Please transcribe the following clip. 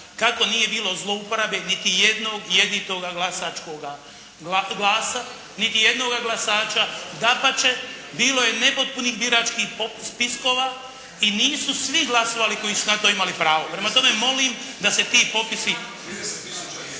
kako nije bilo zlouporabe niti jednog jeditoga glasačkoga glasa, niti jednoga glasača. Dapače bilo je nepotpunih biračkih spiskova i nisu svi glasovali koji su na to imali pravo. Prema tome molim da se ti popisi…